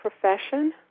profession